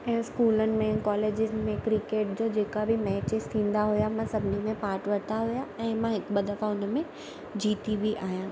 ऐं स्कूलनि में कॉलेजनि में क्रिकेट जो जेका बि मैचिस थींदा हुआ मां सभिनी में पार्ट वरिता हुआ ऐं मां हिकु ॿ दफ़ा हुन में जीती बि आहियां